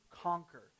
conquer